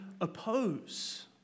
oppose